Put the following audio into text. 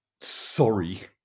Sorry